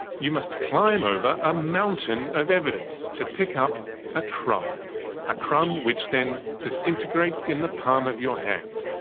you must climb over a mountain of evidence to pick up a crumb a crumb which then disintegrates in the palm of your hand.